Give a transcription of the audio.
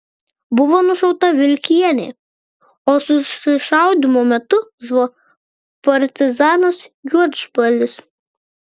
buvo nušauta vilkienė o susišaudymo metu žuvo partizanas juodžbalis